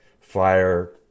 fire